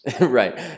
Right